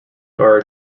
are